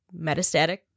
metastatic